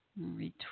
Retweet